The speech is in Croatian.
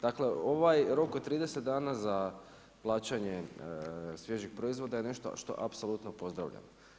Dakle, ovaj rok od 30 dana za plaćanje svježijih proizvoda je nešto što apsolutno pozdravljam.